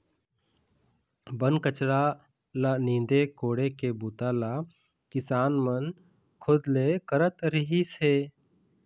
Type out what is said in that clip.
बन कचरा ल नींदे कोड़े के बूता ल किसान मन खुद ले करत रिहिस हे